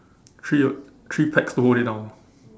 three three pegs to hold it down